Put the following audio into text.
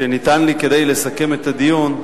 שניתן לי כדי לסכם את הדיון,